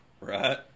Right